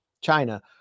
China